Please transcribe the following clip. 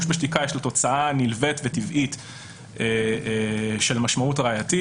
בשתיקה יש לו תוצאה נלווית וטבעית של משמעות ראייתית.